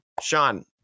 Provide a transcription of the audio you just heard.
Sean